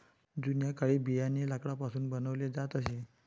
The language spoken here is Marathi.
जुन्या काळी बियाणे लाकडापासून बनवले जात असे